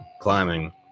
climbing